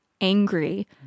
angry